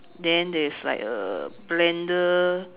then there's like a blender